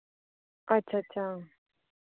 अच्छा अच्छा